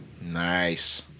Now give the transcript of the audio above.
Nice